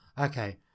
Okay